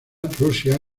rusia